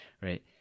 right